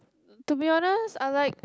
to be honest I'm like